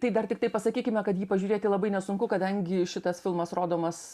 tai dar tiktai pasakykime kad jį pažiūrėti labai nesunku kadangi šitas filmas rodomas